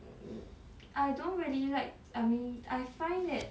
I don't really like I mean I find that